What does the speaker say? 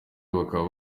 bakaba